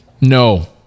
no